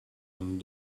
een